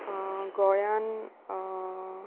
गोंयान